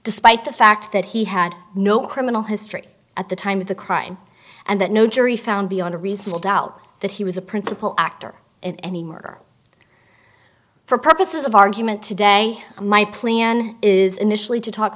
despite the fact that he had no criminal history at the time of the crime and that no jury found beyond a reasonable doubt that he was a principal actor in any murder for purposes of argument today my plan is initially to talk